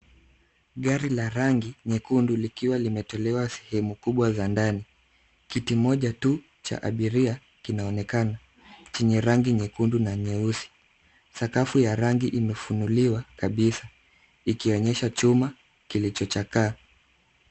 Gari la rangi nyekundu likiwa limetolewa sehemu kubwa za ndani. Kiti moja tu cha abiria kinaonekana, chenye rangi nyekundu na nyeusi. Sakafu ya rangi imefunuliwa kabisa, ikionyesha chuma kilichochakaa.